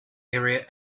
area